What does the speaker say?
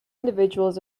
individuals